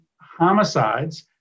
homicides